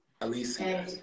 Alicia